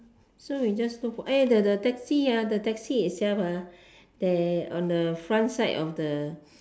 so we just go for eh the the taxi ah taxi itself ah there on the front side of the